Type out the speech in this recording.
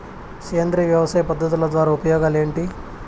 సేంద్రియ వ్యవసాయ పద్ధతుల ద్వారా ఉపయోగాలు ఏంటి?